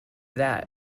that